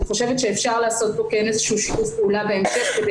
אני חושבת שאפשר לעשות פה שיתוף פעולה בהמשך כדי